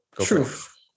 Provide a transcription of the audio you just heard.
Truth